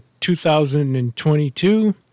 2022